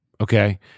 okay